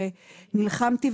נלחמתי,